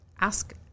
Ask